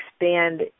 expand